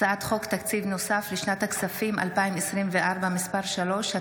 הצעת חוק תקציב נוסף לשנת הכספים 2024 (מס' 3),